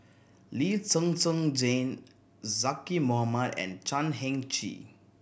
Lee Zhen Zhen Jane Zaqy Mohamad and Chan Heng Chee